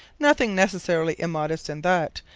nothing necessarily immodest in that.